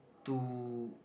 to